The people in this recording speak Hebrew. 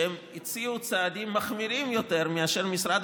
שהציעו צעדים מחמירים יותר מאשר משרד